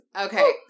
okay